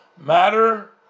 matter